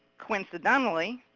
coincidentally,